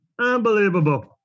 Unbelievable